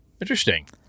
Interesting